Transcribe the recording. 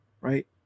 Right